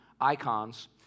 icons